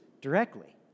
directly